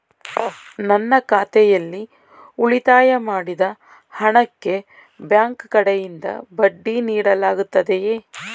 ನನ್ನ ಖಾತೆಯಲ್ಲಿ ಉಳಿತಾಯ ಮಾಡಿದ ಹಣಕ್ಕೆ ಬ್ಯಾಂಕ್ ಕಡೆಯಿಂದ ಬಡ್ಡಿ ನೀಡಲಾಗುತ್ತದೆಯೇ?